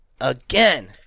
Again